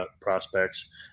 prospects